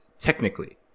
technically